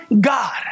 God